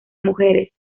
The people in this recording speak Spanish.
mujeres